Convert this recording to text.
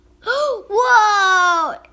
Whoa